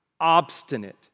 obstinate